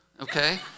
okay